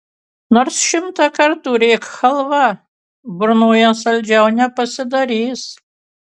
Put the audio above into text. nors šimtą kartų rėk chalva burnoje saldžiau nepasidarys